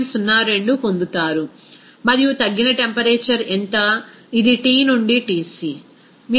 02 పొందుతారు మరియు తగ్గిన టెంపరేచర్ ఎంత ఇది T నుండి Tc